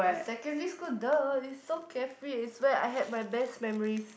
secondary school duh is so carefree it's where I had my best memories